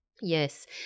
Yes